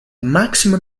maximum